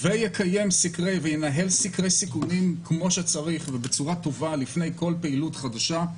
ויקיים וינהל סקרי סיכונים כמו שצריך ובצורה טובה לפני כל פעילות חדשה,